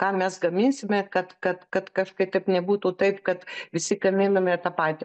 ką mes gaminsime kad kad kad kažkaip taip nebūtų taip kad visi gaminame tą patį